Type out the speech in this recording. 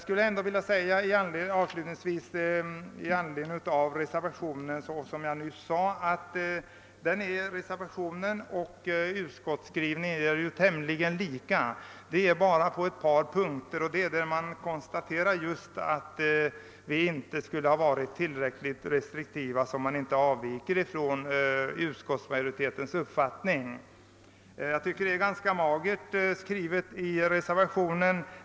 Skrivningen i utskottsutlåtandet och i reservationen är tämligen lika. Det är egentligen bara då reservanterna skriver att vi inte har varit tillräckligt restriktiva i fråga om importen som de avviker från utskottsmajoritetens uppfattning. Jag tycker att reservationen är ganska mager.